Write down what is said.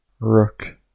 Rook